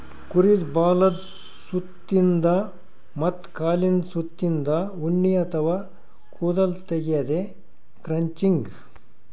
ಕುರಿದ್ ಬಾಲದ್ ಸುತ್ತಿನ್ದ ಮತ್ತ್ ಕಾಲಿಂದ್ ಸುತ್ತಿನ್ದ ಉಣ್ಣಿ ಅಥವಾ ಕೂದಲ್ ತೆಗ್ಯದೆ ಕ್ರಚಿಂಗ್